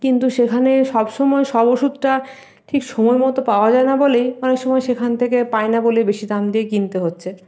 কিন্তু সেখানে সবসময় সব ওষুধটা ঠিক সময়মতো পাওয়া যায় না বলে অনেক সময় সেখান থেকে পাই না বলে বেশি দাম দিয়ে কিনতে হচ্ছে